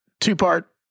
two-part